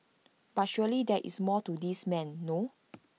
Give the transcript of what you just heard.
but surely there is more to this man no